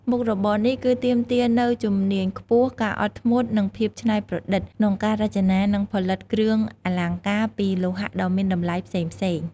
មុខរបរនេះ គឺទាមទារនូវ ជំនាញខ្ពស់ ការអត់ធ្មត់ និងភាពច្នៃប្រឌិត ក្នុងការរចនា និងផលិតគ្រឿងអលង្ការពីលោហៈដ៏មានតម្លៃផ្សេងៗ។